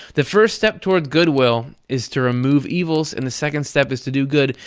the first step toward goodwill is to remove evils and the second step is to do good,